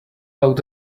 out